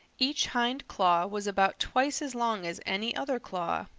each hind claw was about twice as long as any other claw.